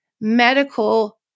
medical